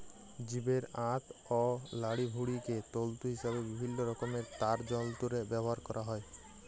জীবের আঁত অ লাড়িভুঁড়িকে তল্তু হিসাবে বিভিল্ল্য রকমের তার যল্তরে ব্যাভার ক্যরা হ্যয়